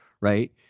Right